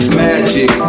magic